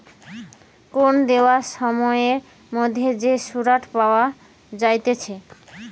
কোন দেওয়া সময়ের মধ্যে যে সুধটা পাওয়া যাইতেছে